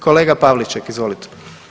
Kolega Pavliček, izvolite.